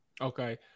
Okay